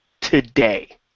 today